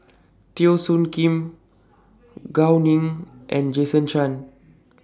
Teo Soon Kim Gao Ning and Jason Chan